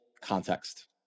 context